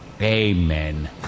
Amen